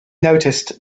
noticed